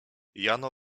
jano